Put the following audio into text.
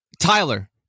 Tyler